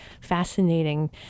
fascinating